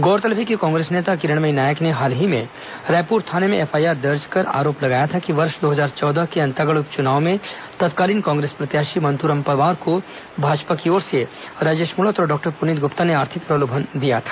गौरतलब है कि कांगेस नेता किरणमयी नायक ने हाल ही में रायपुर थाने में एफआईआर दर्ज कर आरोप लगाया था कि वर्ष दो हजार चौदह के अंतागढ़ उप चुनाव में तत्कालीन कांग्रेस प्रत्याशी मंतूराम पवार को भाजपा की ओर से राजेश मूणत और डॉक्टर पुनीत गुप्ता ने आर्थिक प्रलोभन दिया था